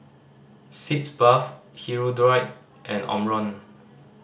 Sitz Bath Hirudoid and Omron